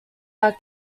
are